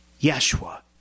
yeshua